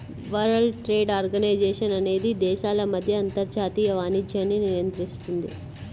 world Trade Organisation అనేది దేశాల మధ్య అంతర్జాతీయ వాణిజ్యాన్ని నియంత్రిస్తుంది